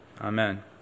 amen